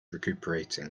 recuperating